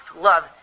love